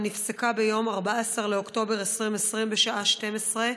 נפסקה ביום 14 באוקטובר 2020 בשעה 12:00,